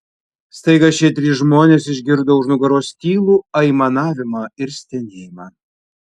staiga šie trys žmonės išgirdo už nugaros tylų aimanavimą ir stenėjimą